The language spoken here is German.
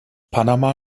panama